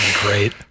great